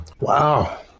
Wow